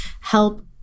help